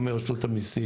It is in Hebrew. גם מרשות המיסים,